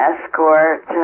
Escort